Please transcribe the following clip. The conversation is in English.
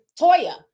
Toya